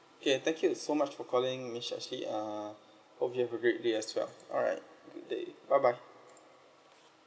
K thank you so much for calling miss ashley uh hope you have a great day as well alright good day bye bye